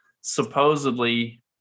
supposedly